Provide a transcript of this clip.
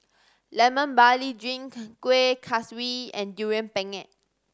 Lemon Barley Drink Kuih Kaswi and Durian Pengat